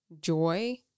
joy